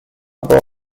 born